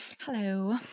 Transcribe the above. Hello